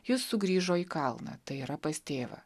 jis sugrįžo į kalną tai yra pas tėvą